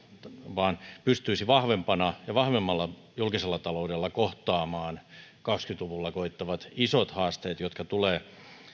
vaan se pystyisi vahvempana ja vahvemmalla julkisella taloudella kohtaamaan kaksikymmentä luvulla koittavat isot haasteet jotka tulevat